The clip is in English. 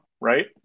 right